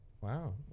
Wow